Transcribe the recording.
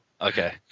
okay